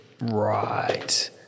Right